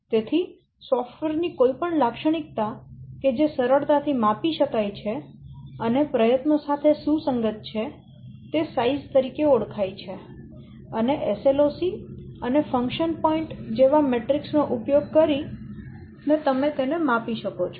તેથી સોફ્ટવેર ની કોઈપણ લાક્ષણિકતા કે જે સરળતાથી માપી શકાય છે અને પ્રયત્નો સાથે સુસંગત છે તે સાઈઝ તરીકે ઓળખાય છે અને SLOC અને ફંક્શન પોઈન્ટ જેવા મેટ્રિક્સ નો ઉપયોગ કરીને તમે તેને માપી શકો છો